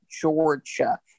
Georgia